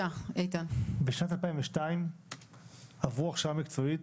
בשנת 2002 עברו הכשרה מקצועית